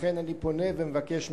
לכן, אני פונה ומבקש ממך: